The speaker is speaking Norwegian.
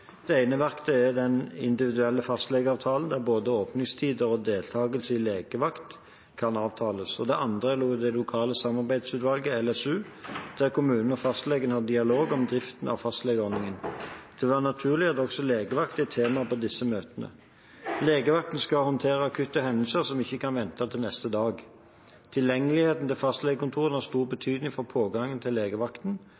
Det ene verktøyet er de individuelle fastlegeavtalene, der både åpningstider og deltakelse i legevakt kan avtales, og det andre er det lokale samarbeidsutvalget, LSU, der kommunen og fastlegene har dialog om driften av fastlegeordningen. Det vil være naturlig at også legevakt er et tema på disse møtene. Legevakten skal håndtere akutte hendelser som ikke kan vente til neste dag. Tilgjengeligheten til fastlegekontorene har stor